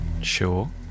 Sure